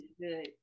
good